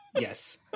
Yes